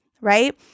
right